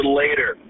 later